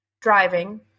driving